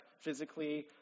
physically